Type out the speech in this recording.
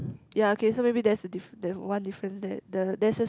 ya okay so maybe that's a diff~ there one difference there the there's a